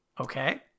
Okay